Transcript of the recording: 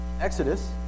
Exodus